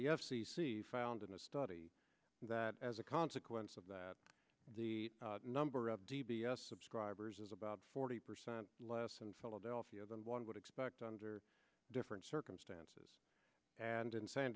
the f c c found in a study that as a consequence of that the number of d b s subscribers is about forty percent less in philadelphia than one would expect under different circumstances and in san